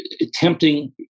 attempting